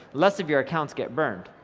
less of your accounts get burned,